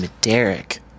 Derek